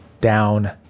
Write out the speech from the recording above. down